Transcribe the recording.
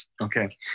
Okay